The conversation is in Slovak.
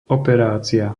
operácia